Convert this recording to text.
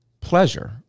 pleasure